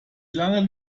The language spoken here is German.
lang